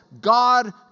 God